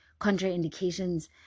contraindications